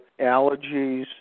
allergies